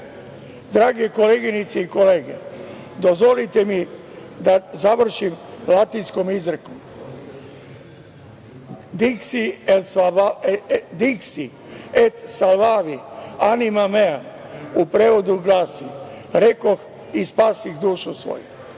koleginice i kolege, dozvolite mi da završim latinskom izrekom „diksi et salvavi animam meam“, u prevodu glasi - rekoh i spasih dušu svoju.